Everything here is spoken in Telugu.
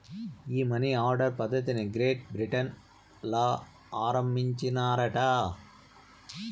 ఈ మనీ ఆర్డర్ పద్ధతిది గ్రేట్ బ్రిటన్ ల ఆరంబించినారట